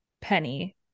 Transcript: Penny